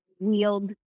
wield